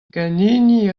ganin